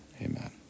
Amen